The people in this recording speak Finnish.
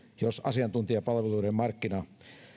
jos asiantuntijapalveluiden markkina